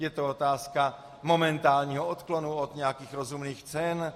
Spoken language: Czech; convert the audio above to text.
Je to otázka momentálního odklonu od nějakých rozumných cen?